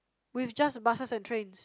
with just buses and trains